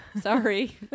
sorry